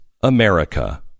America